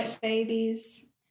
babies